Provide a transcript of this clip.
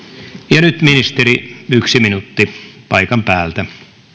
ja nyt ministeri yksi minuutti paikan päältä